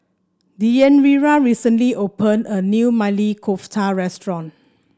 Deyanira recently open a new Maili Kofta Restaurant